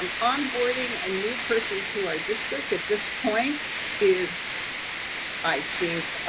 um onboarding a new person to our district at this point is i think,